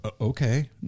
okay